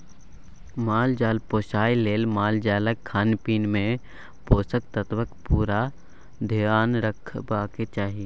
माल जाल पोसय लेल मालजालक खानपीन मे पोषक तत्वक पुरा धेआन रखबाक चाही